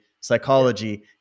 psychology